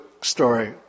story